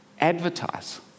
Advertise